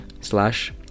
slash